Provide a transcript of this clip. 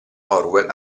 orwell